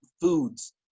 foods